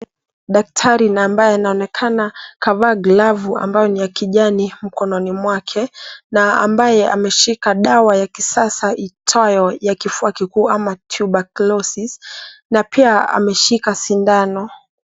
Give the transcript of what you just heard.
Daktari na ambaye anaonekana kavaa glavu ambayo ni ya kijani mkononi mwake na ambaye ameshika dawa ya kisasa iitwayo ya kifua kikuu ama tuberculosis na pia ameshika sindano.